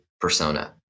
persona